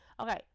Okay